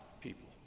people